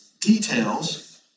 details